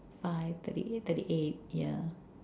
by thirty eight thirty eight yeah